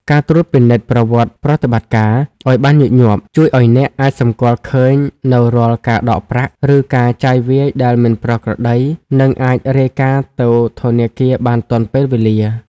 ការត្រួតពិនិត្យប្រវត្តិប្រតិបត្តិការ ឱ្យបានញឹកញាប់ ជួយឱ្យអ្នកអាចសម្គាល់ឃើញនូវរាល់ការដកប្រាក់ ឬការចាយវាយដែលមិនប្រក្រតី និងអាចរាយការណ៍ទៅធនាគារបានទាន់ពេលវេលា។